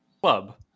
club